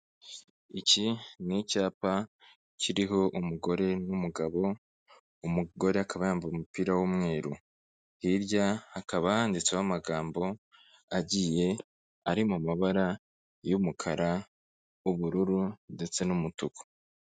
Iki ni icyapa kiriho umugore n'umugabo, umugore akaba yambaye umupira w'umweru, hirya hakaba handitseho amagambo agiye ari mu mabara y'umukara, ubururu ndetse n'umutuku.